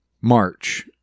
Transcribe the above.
March